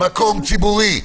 זה מקום ציבורי.